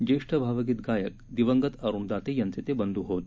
ज्येष्ठ भावगीत गायक दिवंगत अरुण दाते यांचे ते बंधू होत